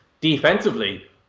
Defensively